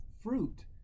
fruit